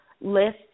list